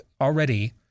already